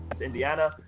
Indiana